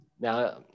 Now